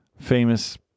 famous